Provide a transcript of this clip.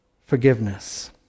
forgiveness